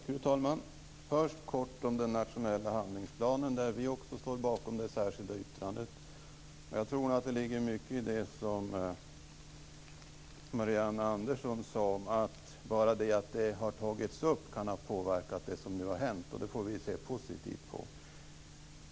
Fru talman! Först kort om den nationella handlingsplanen, där vi också står bakom det särskilda yttrandet. Jag tror att det ligger mycket i det som Marianne Andersson sade. Bara det att frågan har tagits upp kan ha påverkat det som nu har hänt, och det får vi se positivt på.